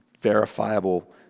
verifiable